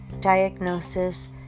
diagnosis